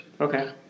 Okay